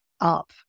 up